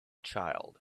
child